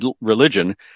religion